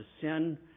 Sin